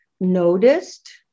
noticed